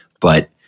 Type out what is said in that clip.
But-